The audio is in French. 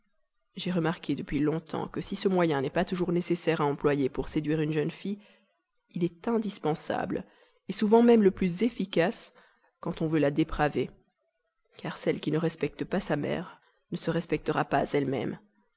j'ai remarqué depuis longtemps que si ce moyen n'est pas toujours nécessaire à employer pour séduire une jeune fille il est indispensable souvent même le plus efficace quand on veut la dépraver car celle qui ne respecte pas sa mère ne se respectera pas elle-même